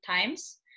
times